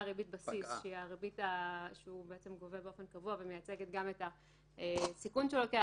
ריבית בסיס שהוא גובה באופן קבוע ומייצגת גם את הסיכון שלו,